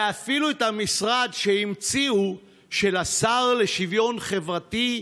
ואפילו את המשרד שהמציאו, של השר לשוויון חברתי,